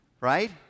right